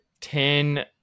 Ten